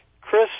Chris